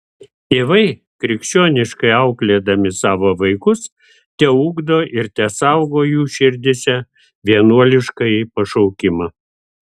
tėvai krikščioniškai auklėdami savo vaikus teugdo ir tesaugo jų širdyse vienuoliškąjį pašaukimą